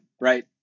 right